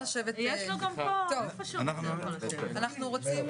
אנחנו רוצים